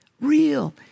real